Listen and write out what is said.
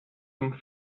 zum